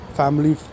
family